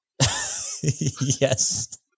Yes